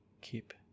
keep